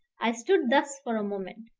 i stood thus for a moment,